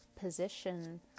position